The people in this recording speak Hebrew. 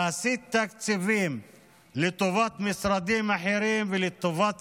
להסיט תקציבים לטובת משרדים אחרים ולטובת